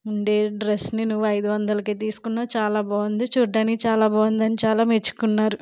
ఉండే డ్రెస్ని నువ్వు ఐదు వందలకే తీసుకున్నావ్ చాలా బాగుంది చూడటానికి చాలా బాగుందని చాలా మెచ్చుకున్నారు